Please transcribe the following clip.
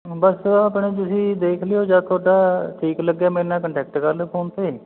ਬਸ ਆਪਣਾ ਤੁਸੀਂ ਦੇਖ ਲਿਓ ਜਦੋਂ ਤੁਹਾਡਾ ਠੀਕ ਲੱਗਿਆ ਮੇਰੇ ਨਾਲ ਕੰਟੈਕਟ ਕਰ ਲਿਓ ਫ਼ੋਨ 'ਤੇ